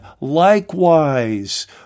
likewise